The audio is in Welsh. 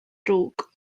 drwg